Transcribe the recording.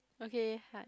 okay heart